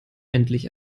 endlich